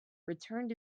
returned